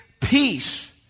peace